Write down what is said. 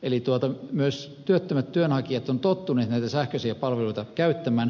eli myös työttömät työnhakijat ovat tottuneet näitä sähköisiä palveluita käyttämään